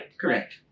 Correct